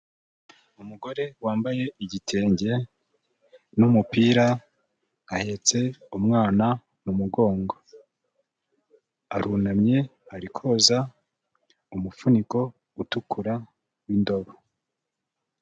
Umugore wambaye igitenge n'umupira, ahetse umwana mu mugongo. Arunamye ari koza umufuniko utukura w'indobo.